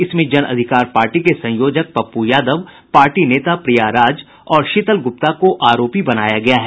इसमें जन अधिकार पार्टी के संयोजक पप्पू यादव पार्टी नेता प्रिया राज और शीतल गुप्ता को आरोपी बनाया गया है